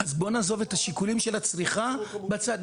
אז בוא נעזוב את השיקולים של הצריכה בצד,